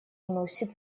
носит